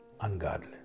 ungodly